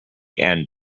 and